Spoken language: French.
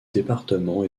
département